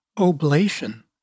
oblation